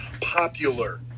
popular